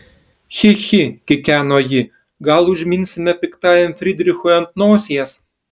chi chi kikeno ji gal užminsime piktajam frydrichui ant nosies